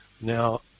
Now